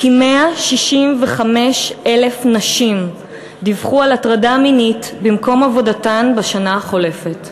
כי 165,000 נשים דיווחו על הטרדה מינית במקום עבודתן בשנה החולפת.